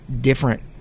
different